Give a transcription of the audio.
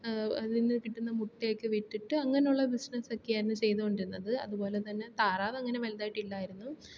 അതിന്ന് കിട്ടുന്ന മുട്ടയൊക്കെ വിറ്റിട്ട് അങ്ങനെയുള്ള ബിസിനസ്സൊക്കെയിരുന്നു ചെയ്തു കൊണ്ടിരുന്നത് അതുപോലെതന്നെ താറാവങ്ങനെ വലുതായിട്ടില്ലായിരുന്നു